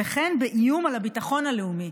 וכן באיום על הביטחון הלאומי,